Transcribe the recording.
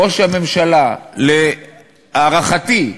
ראש הממשלה, להערכתי,